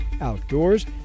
outdoors